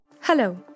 hello